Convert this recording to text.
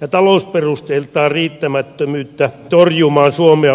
ja talousperusteiltaan riittämättömyyttä torjumaan suomea uhkaavaa taantumaa